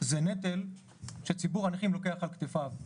זה נטל שציבור הנכים לוקח על כתפיו.